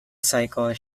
cycle